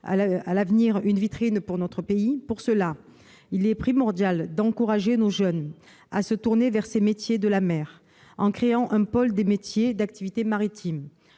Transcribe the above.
à l'avenir être une vitrine pour notre pays. Pour ce faire, il est primordial d'encourager nos jeunes à se tourner vers les métiers de la mer, en créant un pôle des métiers d'activités maritimes.